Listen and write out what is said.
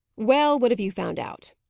well, what have you found out?